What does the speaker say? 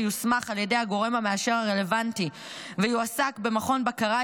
שיוסמך על ידי הגורם המאשר הרלוונטי ויועסק במכון בקרה,